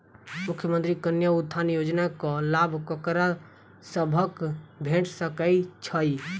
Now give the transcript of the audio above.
मुख्यमंत्री कन्या उत्थान योजना कऽ लाभ ककरा सभक भेट सकय छई?